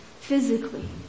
physically